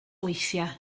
weithiau